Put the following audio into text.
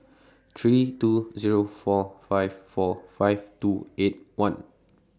three two Zero four five four five two eight one